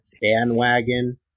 bandwagon